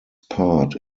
part